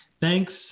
Thanks